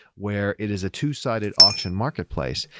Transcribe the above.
where it is a two-sided auction marketplace,